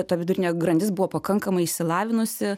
ta vidurinė grandis buvo pakankamai išsilavinusi